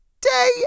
day